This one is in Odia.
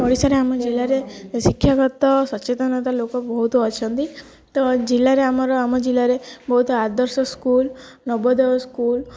ଓଡ଼ିଶାରେ ଆମ ଜିଲ୍ଲାରେ ଶିକ୍ଷାଗତ ସଚେତନତା ଲୋକ ବହୁତ ଅଛନ୍ତି ତ ଜିଲ୍ଲାରେ ଆମର ଆମ ଜିଲ୍ଲାରେ ବହୁତ ଆଦର୍ଶ ସ୍କୁଲ୍ ନବଦୋୟ ସ୍କୁଲ୍